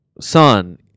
son